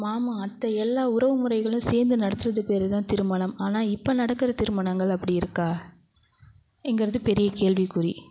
மாமா அத்தை எல்லா உறவுமுறைகளும் சேர்ந்து நடத்துறது பேர் தான் திருமணம் ஆனால் இப்போ நடக்கிற திருமணங்கள் அப்படி இருக்கா ங்கிறது பெரிய கேள்விக்குறி